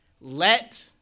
Let